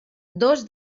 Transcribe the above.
dos